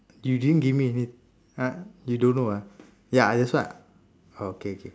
you didn't give me any (huh) you don't know ah ya that's why okay okay